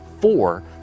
four